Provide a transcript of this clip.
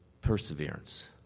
perseverance